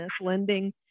lending